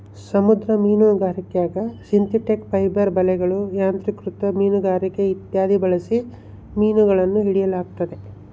ಸಮುದ್ರ ಮೀನುಗಾರಿಕ್ಯಾಗ synthetic fibre ಬಲೆಗಳು, ಯಾಂತ್ರಿಕೃತ ಮೀನುಗಾರಿಕೆ ಇತ್ಯಾದಿ ಬಳಸಿ ಮೀನುಗಳನ್ನು ಹಿಡಿಯಲಾಗುತ್ತದೆ